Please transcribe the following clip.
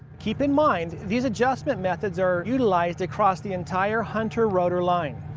keep in mind these adjustment methods are utilized across the entire hunter rotor line.